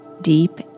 deep